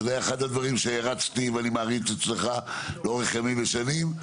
וזה אחד הדברים שהערצתי ואני מעריץ אצלך לאורך ימים ושנים,